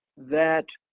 that